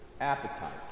appetite